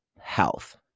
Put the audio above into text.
health